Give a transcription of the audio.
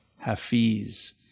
Hafiz